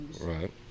Right